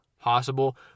possible